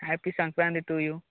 happy Sankranti to you